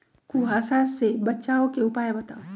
कुहासा से बचाव के उपाय बताऊ?